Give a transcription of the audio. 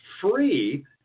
free